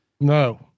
No